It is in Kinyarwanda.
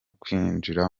kwinjira